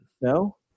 No